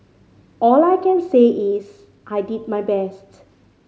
all I can say is I did my best